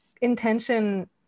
intention